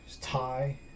tie